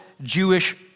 Jewish